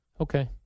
Okay